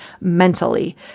mentally